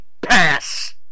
pass